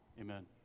Amen